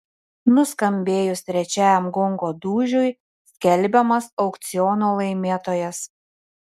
nuskambėjus trečiajam gongo dūžiui skelbiamas aukciono laimėtojas